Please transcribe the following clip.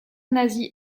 nazis